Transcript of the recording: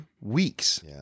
weeks